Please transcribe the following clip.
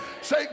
say